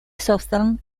southern